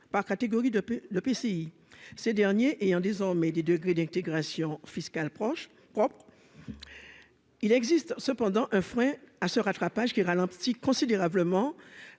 par catégorie de le PCI ces derniers et un des hommes et des degrés d'intégration fiscale proche, hop, il existe cependant un frein à ce rattrapage qui râle un petit considérablement